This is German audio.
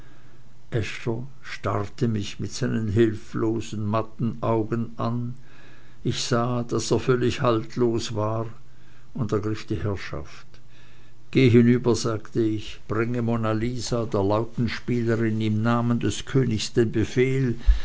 starrte mich mit seinen hilflosen matten augen an ich sah daß er völlig haltlos war und ergriff die herrschaft geh hinüber sagte ich bringe monna lisa der lautenspielerin im namen des königs den befehl